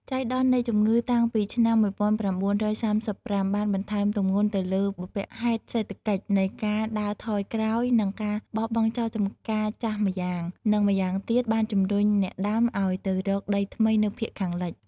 ចៃដន្យនៃជំងឺតាំងពីឆ្នាំ ១៩៣៥ បានបន្ថែមទម្ងន់ទៅលើបុព្វ ហេតុសេដ្ឋកិច្ចនៃការដើរថយក្រោយ និងការបោះបង់ចោលចម្ការចាស់ម្យ៉ាង និងម្យ៉ាង ទៀតបានជំរុញអ្នកដាំ ឱ្យទៅរកដីថ្មីនៅភាគខាងលិច។